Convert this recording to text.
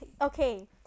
Okay